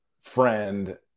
friend